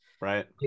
Right